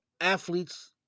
athletes